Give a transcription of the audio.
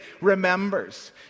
remembers